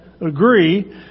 agree